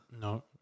No